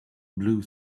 blue